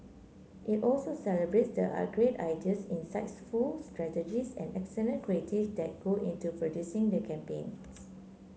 it also celebrates the a great ideas insightful strategies and excellent creatives that go into producing the campaigns